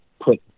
put